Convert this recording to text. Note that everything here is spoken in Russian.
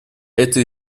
эта